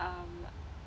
um